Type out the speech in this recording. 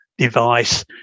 device